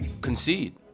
concede